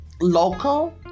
local